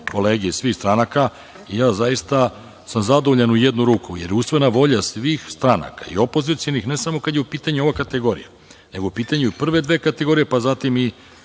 kolege iz svih stranaka. Zadovoljan sam u jednu ruku, jer je usvojena volja svih stranaka i opozicionih, ne samo kada je u pitanju ova kategorija, nego i u pitanju prve dve kategorije pa zatim i